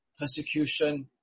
persecution